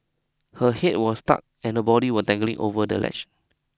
her head was stuck and her body was dangling over the ledge